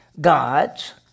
God's